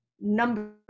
number